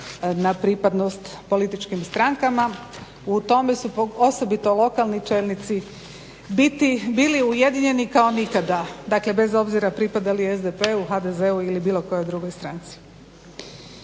na pripadnost političkim strankama. U tome su osobito lokalni čelnici bili ujedinjeni kao nikada, dakle bez obzira pripada li SDP-u, HDZ-u ili bilo kojoj drugoj stranci.